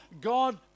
God